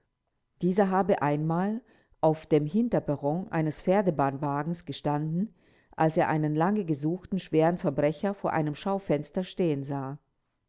dieser habe einmal auf dem hinterperron eines pferdebahnwagens gestanden als er einen lange gesuchten schweren verbrecher vor einem schaufenster stehen sah